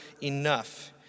enough